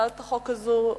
להצעת החוק הזאת,